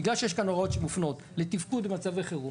בגלל שיש כאן הוראות שמופנות לתפקוד במצבי חירום,